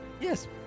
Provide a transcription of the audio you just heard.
Yes